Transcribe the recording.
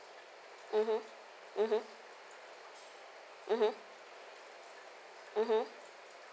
mmhmm